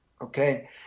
okay